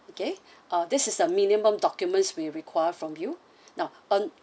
okay uh this is a minimum documents we require from you now um